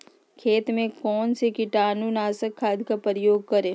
खेत में कौन से कीटाणु नाशक खाद का प्रयोग करें?